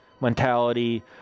mentality